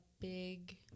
big